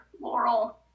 Laurel